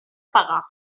pagar